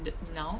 the now